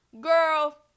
Girl